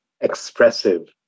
Expressive